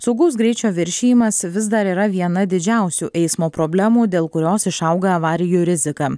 saugaus greičio viršijimas vis dar yra viena didžiausių eismo problemų dėl kurios išauga avarijų rizika